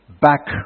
back